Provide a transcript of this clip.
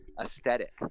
aesthetic